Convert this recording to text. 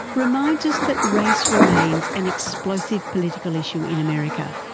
reminds us that race remains an explosive political issue in america,